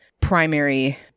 primary